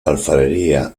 alfarería